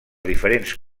diferents